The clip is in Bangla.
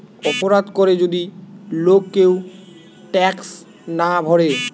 অপরাধ করে যদি লোক কেউ ট্যাক্স না ভোরে